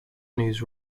news